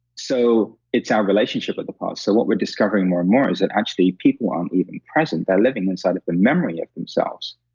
so, it's our relationship with the past. so, what we're discovering more and more is that actually, people aren't even present they're living inside of the memory of themselves.